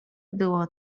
było